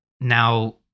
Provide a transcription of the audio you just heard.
Now